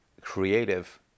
creative